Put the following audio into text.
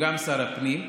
הוא גם שר הפנים,